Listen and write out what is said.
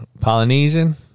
Polynesian